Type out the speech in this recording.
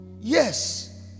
Yes